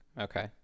Okay